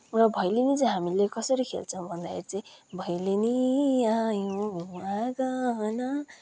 र भैलिनी चाहिँ हामीले कसरी खेल्छौँ भन्दाखेरि चाहिँ भैलिनी आयौँ आँगन